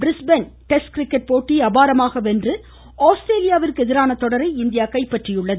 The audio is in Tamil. பிரிஸ்பேன் டெஸ்ட் கிரிக்கெட் போட்டியை அபாரமாக வென்று ஆஸ்திரேலியாவிற்கு எதிரான தொடரை இந்தியா கைப்பற்றியுள்ளது